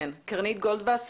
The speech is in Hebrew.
כן, קרנית גולדווסר.